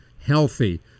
healthy